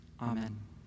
amen